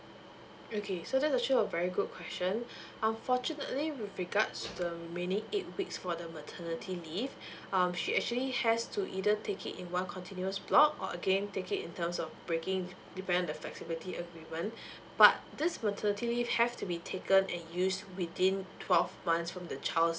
okay so that actually is a very good question unfortunately with regards to the remaining eight weeks for the maternity leave um she actually has to either take it in one continuous block or again take it in terms of breaking depending on the flexibility agreement but this maternity leave have to be taken and use within twelve months from the child's